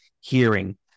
hearing